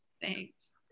Thanks